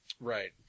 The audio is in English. Right